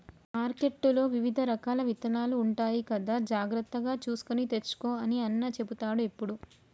మార్కెట్లో వివిధ రకాల విత్తనాలు ఉంటాయి కదా జాగ్రత్తగా చూసుకొని తెచ్చుకో అని అన్న చెపుతాడు ఎప్పుడు